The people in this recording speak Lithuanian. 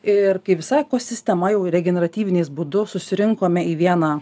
ir kai visa ekosistema jau regeneratyvinės būdu susirinkome į vieną